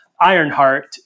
Ironheart